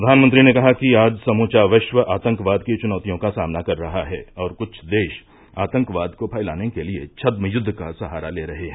प्रघानमंत्री ने कहा कि आज समुचा विश्व आतंकवाद की चुनौतियों का सामना कर रहा है और कुछ देश आतंकवाद को फैलाने के लिए छद्मयुद्ध का सहारा ले रहे हैं